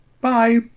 Bye